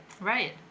Right